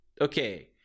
okay